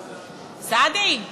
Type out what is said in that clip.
סעדי.